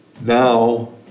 Now